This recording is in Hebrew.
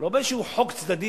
לא באיזשהו חוק צדדי,